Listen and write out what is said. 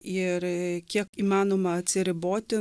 ir kiek įmanoma atsiriboti